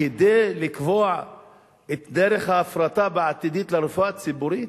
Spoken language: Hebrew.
כדי לקבוע את דרך ההפרטה העתידית לרפואה הציבורית?